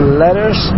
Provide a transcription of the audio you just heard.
letters